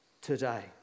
today